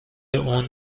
اون